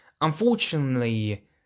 unfortunately